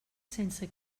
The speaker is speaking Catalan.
sense